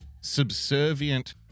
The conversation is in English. subservient